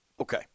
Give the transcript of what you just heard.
Okay